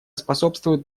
способствуют